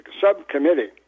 Subcommittee